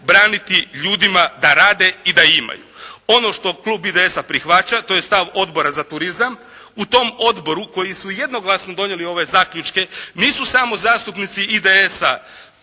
ljudima da rade i da imaju. Ono što klub IDS-a prihvaća to je stav Odbora za turizam. U tom odboru koji su jednoglasno donijeli ove zaključke nisu samo zastupnici IDS-a